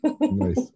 Nice